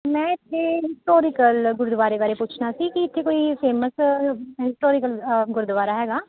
ਮੈਂ ਇੱਥੇ ਹਿਸਟੋਰੀਕਲ ਗੁਰਦੁਆਰੇ ਬਾਰੇ ਪੁੱਛਣਾ ਸੀ ਕਿ ਇੱਥੇ ਕੋਈ ਫੇਮਸ ਹਿਸਟੋਰੀਕਲ ਗੁਰਦੁਆਰਾ ਹੈਗਾ